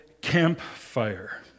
campfire